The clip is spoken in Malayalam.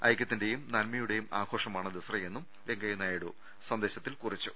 ഐക്യത്തിന്റെയും നന്മയുടെയും ആഘോഷമാണ് ദസറയെന്നും വെങ്കയ്യ നായിഡു സന്ദേശത്തിൽ അറിയിച്ചു